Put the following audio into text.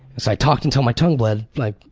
so i talked until my tongue bled. like